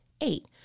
Eight